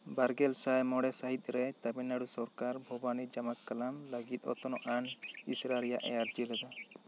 ᱵᱟᱨᱜᱮᱞ ᱥᱟᱭ ᱢᱚᱬᱮ ᱥᱟᱹᱦᱤᱛ ᱨᱮ ᱛᱟᱢᱤᱞᱱᱟᱲᱩ ᱥᱚᱨᱠᱟᱨ ᱵᱷᱚᱵᱟᱱᱤ ᱡᱟᱢᱟᱠᱠᱟᱞᱟᱢ ᱞᱟᱹᱜᱤᱫ ᱚᱛᱱᱚᱜ ᱟᱱ ᱤᱥᱨᱟ ᱨᱮᱭᱟᱜᱼᱮ ᱟᱨᱡᱤ ᱞᱮᱫᱟ